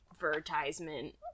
advertisement